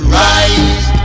rise